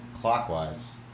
clockwise